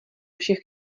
všech